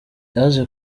yaje